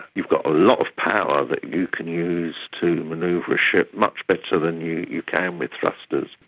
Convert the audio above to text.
you've got a lot of power that you can use to manoeuvre a ship much better than you you can with thrusters.